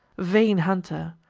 vain hunter,